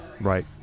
Right